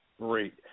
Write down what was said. Great